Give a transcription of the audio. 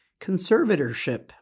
conservatorship